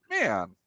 man